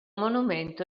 monumento